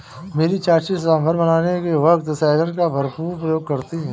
मेरी चाची सांभर बनाने वक्त सहजन का भरपूर प्रयोग करती है